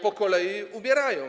po kolei umierają.